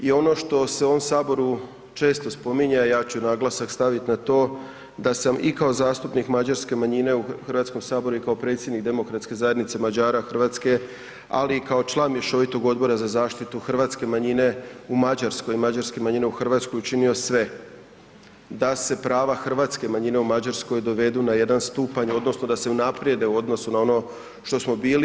I ono što se u ovom Saboru često spominje, a ja ću naglasak staviti na to da sam i kao zastupnik mađarske manjine u Hrvatskom saboru i kao predsjednik Demokratske zajednice Mađara Hrvatske, ali i kao član mješovitog odbora za zaštitu hrvatske manjine u Mađarskoj i mađarske manjine u Hrvatskoj učinio sve da se prava hrvatske manjine u Mađarskoj dovedu na jedan stupanj odnosno da se unaprijede u odnosu na ono što smo bili.